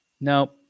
no